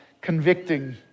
convicting